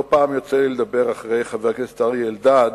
לא פעם יוצא לי לדבר אחרי חבר הכנסת אריה אלדד,